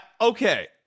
Okay